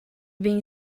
being